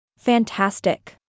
Fantastic